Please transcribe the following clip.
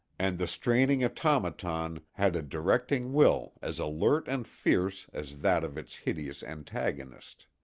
and the straining automaton had a directing will as alert and fierce as that of its hideous antagonist.